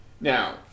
now